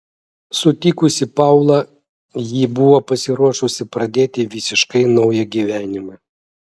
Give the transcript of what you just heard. sutikusi paulą ji buvo pasiruošusi pradėti visiškai naują gyvenimą